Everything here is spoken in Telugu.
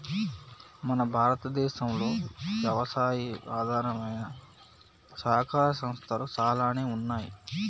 మన భారతదేసంలో యవసాయి ఆధారమైన సహకార సంస్థలు సాలానే ఉన్నాయి